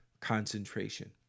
concentration